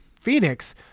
Phoenix